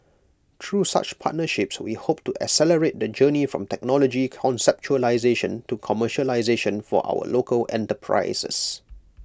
through such partnerships we hope to accelerate the journey from technology conceptualisation to commercialisation for our local enterprises